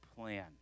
plan